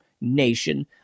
nation